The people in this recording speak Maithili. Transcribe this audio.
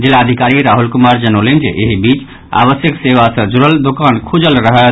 जिलाधिकारी राहुल कुमार जनौलनि जे एहि बीच आवश्यक सेवा सँ जुड़ल दोकान खुजल रहत